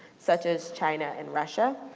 such as china and russia.